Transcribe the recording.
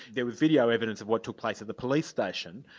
there was video evidence of what took place at the police station,